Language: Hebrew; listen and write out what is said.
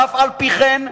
ואף-על-פי-כן,